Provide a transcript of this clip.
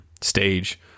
stage